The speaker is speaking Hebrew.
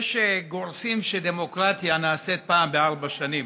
יש שגורסים שדמוקרטיה נעשית פעם בארבע שנים,